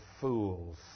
fools